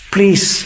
Please